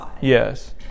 Yes